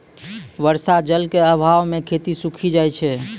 बर्षा जल क आभाव म खेती सूखी जाय छै